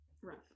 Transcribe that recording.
rough